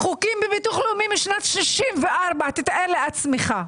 חוקים בביטוח לאומי משנת 1964, תתאר לעצמך.